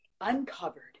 uncovered